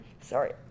Sorry